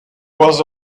was